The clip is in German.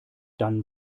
dann